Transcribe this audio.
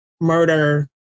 murder